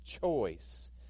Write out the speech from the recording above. choice